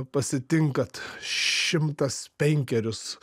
pasitinkant šimtas penkerius